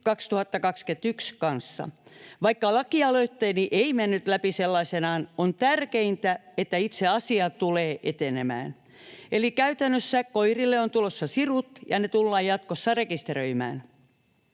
101/2021 kanssa. Vaikka lakialoitteeni ei mennyt läpi sellaisenaan, on tärkeintä, että itse asia tulee etenemään. Eli käytännössä koirille on tulossa sirut ja koirat tullaan jatkossa rekisteröimään.